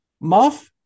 Muff